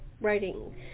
writing